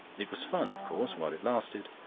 it was fun, of course, while it lasted.